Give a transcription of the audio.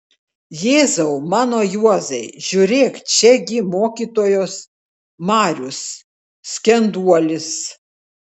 jėzau mano juozai žiūrėk čia gi mokytojos marius skenduolis